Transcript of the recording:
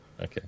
Okay